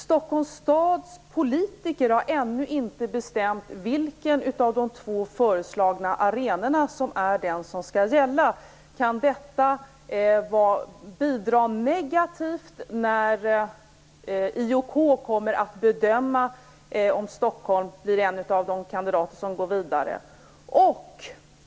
Stockholms stads politiker har ännu inte bestämt vilken av de två föreslagna arenorna som skall gälla. Kan detta bidra negativt när IOK bedömer om Stockholm blir en av de kandidater som går vidare?